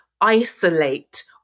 isolate